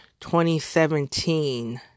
2017